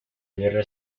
guerra